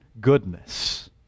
goodness